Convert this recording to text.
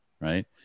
right